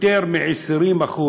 יותר מ-20%,